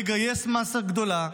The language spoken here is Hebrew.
מגייס מאסה גדולה,